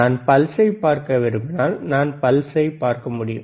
நான் பல்ஸை பார்க்க விரும்பினால் நான் பல்ஸை பார்க்க முடியும்